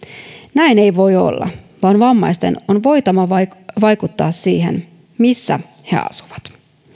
näin ei voi olla vaan vammaisten on voitava vaikuttaa vaikuttaa siihen missä he asuvat